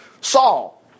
Saul